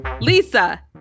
Lisa